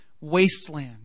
wasteland